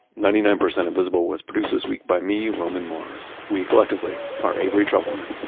ninety nine percent invisible was produced this week by me, roman mars. we collectively are avery trufelman,